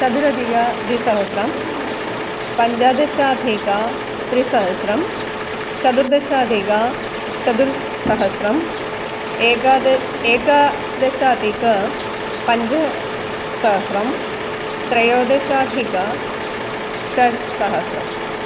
चतुरधिकद्विसहस्रं पञ्चदशाधिकत्रिसहस्रं चतुर्दशाधिकचतुस्सहस्रम् एकादश एकादशाधिकपञ्चसहस्रं त्रयोदशाधिकषट्सहस्रम्